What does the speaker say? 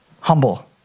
humble